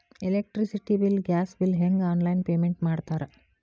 electricity bill gas bill ಹೆಂಗ online payment ಮಾಡ್ತಾರಾ